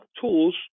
tools